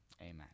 Amen